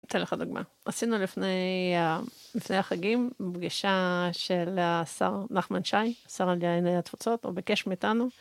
אתן לך דוגמא. עשינו לפני החגים בפגישה של השר נחמן שי, שר לענייני התפוצות, הוא ביקש מאיתנו.